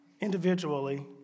individually